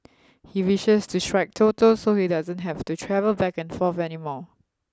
he wishes to strike Toto so he doesn't have to travel back and forth any more